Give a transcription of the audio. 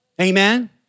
Amen